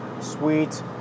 Sweet